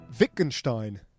Wittgenstein